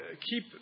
keep